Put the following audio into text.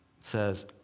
says